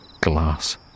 glass